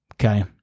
okay